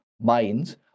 minds